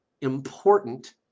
important